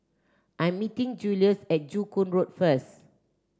I am meeting Julius at Joo Koon Road first